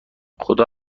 خدا